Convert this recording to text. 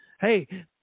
Hey